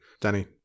danny